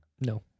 No